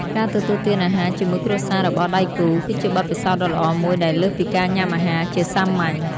ការទទួលទានអាហារជាមួយគ្រួសាររបស់ដៃគូ គឺជាបទពិសោធន៍ដ៏ល្អមួយដែលលើសពីការញុំាអាហារជាសាមញ្ញ។